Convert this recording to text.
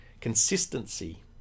consistency